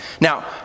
Now